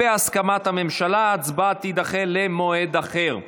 ובהסכמת הממשלה, ההצבעה תידחה למועד אחר.